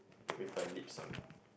with a lips only